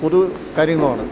പൊതു കാര്യങ്ങളും ആണ്